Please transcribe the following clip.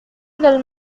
del